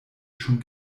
schon